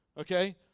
Okay